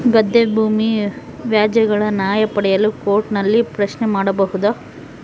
ಗದ್ದೆ ಭೂಮಿ ವ್ಯಾಜ್ಯಗಳ ನ್ಯಾಯ ಪಡೆಯಲು ಕೋರ್ಟ್ ನಲ್ಲಿ ಪ್ರಶ್ನೆ ಮಾಡಬಹುದಾ?